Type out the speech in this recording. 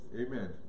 Amen